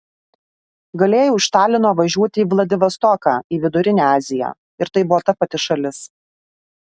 galėjau iš talino važiuoti į vladivostoką į vidurinę aziją ir tai buvo ta pati šalis